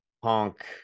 Punk